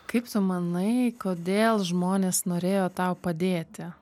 kaip tu manai kodėl žmonės norėjo tau padėti